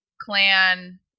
clan